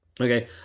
Okay